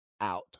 out